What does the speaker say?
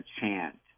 chant